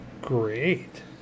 great